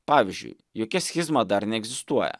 pavyzdžiui jokia schizma dar neegzistuoja